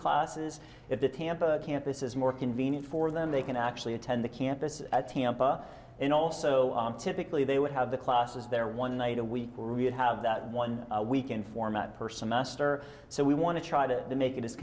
classes if the tampa campus is more convenient for them they can actually attend the campus at tampa and also typically they would have the classes there one night and we really have that one weekend format person muster so we want to try to make it as